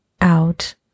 out